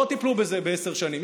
לא טיפלו בזה בעשר שנים.